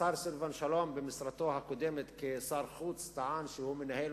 השר סילבן שלום במשרתו הקודמת כשר החוץ טען שהוא מנהל